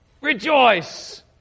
Rejoice